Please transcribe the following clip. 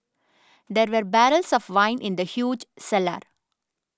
there were barrels of wine in the huge cellar